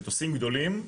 מטוסים גדולים,